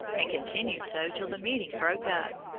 and continued so till the meeting broke up,